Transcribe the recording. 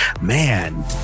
man